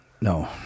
no